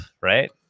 right